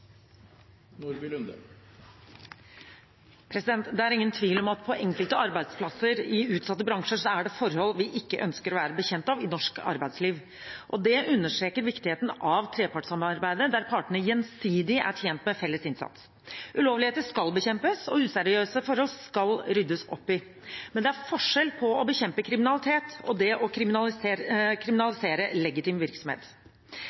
ingen tvil om at på enkelte arbeidsplasser i utsatte bransjer er det forhold vi ikke ønsker å være bekjent av i norsk arbeidsliv. Det understreker viktigheten av trepartssamarbeidet, der partene gjensidig er tjent med felles innsats. Ulovligheter skal bekjempes, og useriøse forhold skal ryddes opp i. Men det er forskjell på å bekjempe kriminalitet og det å